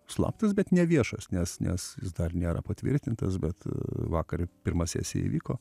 slaptas bet neviešas nes nes jis dar nėra patvirtintas bet vakar pirma sesija įvyko